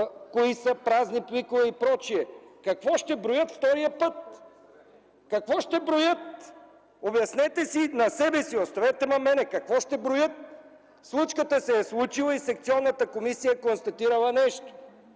кои са празни пликове и пр. Какво ще борят втория път?! Какво ще броят – обяснете на себе си, оставете ме мен, какво ще броят?! Случката се е случила и секционната комисия е констатирала нещо.